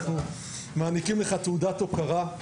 אנחנו מעניקים לך תעודת הוקרה,